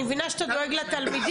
אני מבינה שאתה דואג לתלמידים,